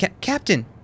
Captain